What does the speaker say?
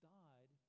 died